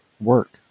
work